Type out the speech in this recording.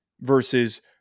versus